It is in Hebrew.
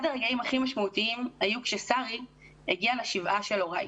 אחד הרגעים הכי משמעותיים היו כששרי הגיעה לשבעה של הוריי.